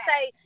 say